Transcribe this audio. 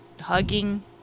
hugging